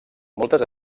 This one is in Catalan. moltes